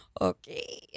Okay